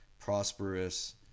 prosperous